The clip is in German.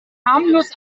harmlos